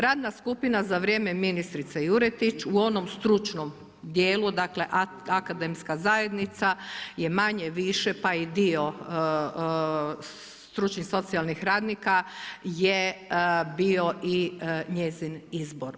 Radna skupina za vrijeme ministrice Juretić u onom stručnom djelu dakle akademska zajednica je manje-više pa i dio stručnih socijalnih radnika je bio i njezin izbor.